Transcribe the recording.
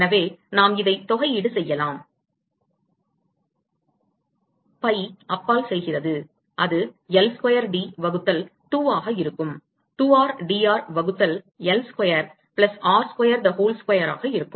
எனவே நாம் இதை தொகையீடு செய்யலாம் pi அப்பால் செல்கிறது அது L ஸ்கொயர் D வகுத்தல் 2 ஆக இருக்கும் 2rdr வகுத்தல் L ஸ்கொயர் plus r square the whole ஸ்கொயராக இருக்கும்